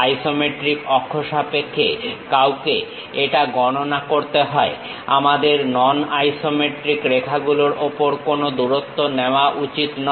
isometric অক্ষ সাপেক্ষে কাউকে এটা গণনা করতে হবে আমাদের নন আইসোমেট্রিক রেখাগুলোর ওপর কোন দূরত্ব নেওয়া উচিত নয়